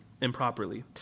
improperly